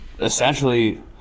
essentially